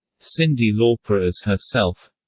cyndi lauper as herself